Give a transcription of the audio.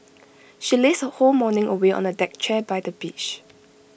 she lazed her whole morning away on A deck chair by the beach